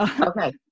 Okay